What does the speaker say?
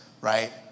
Right